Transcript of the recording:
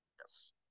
yes